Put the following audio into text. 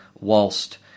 whilst